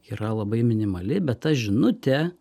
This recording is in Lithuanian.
yra labai minimali bet ta žinutė